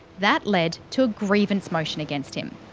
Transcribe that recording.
that led to a grievance motion against him.